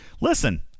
Listen